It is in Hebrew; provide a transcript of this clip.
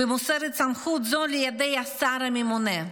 ומוסרת סמכות זו לידי השר הממונה.